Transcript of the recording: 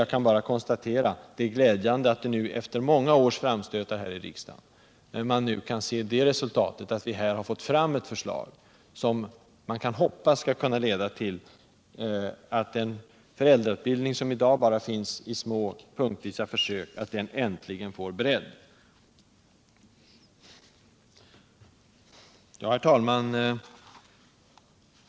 Jag vill bara konstatera att vi nu efter många års framstötar här i riksdagen har fått fram ett utredningsförslag som förhoppningsvis kan leda till att den föräldrautbildning som i dag bara finns i små punktvisa försök äntligen får bredd. Herr talman!